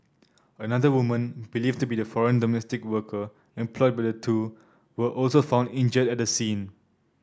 another woman believed to be the foreign domestic worker employed by the two was also found injured at the scene